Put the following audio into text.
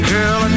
Girl